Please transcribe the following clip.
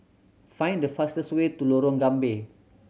find the fastest way to Lorong Gambir